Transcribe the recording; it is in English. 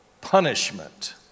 punishment